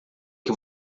que